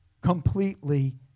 completely